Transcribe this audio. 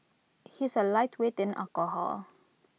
he is A lightweight in alcohol